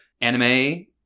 anime